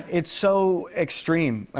it's so extreme.